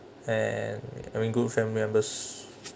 and having good family members